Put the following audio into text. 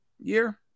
year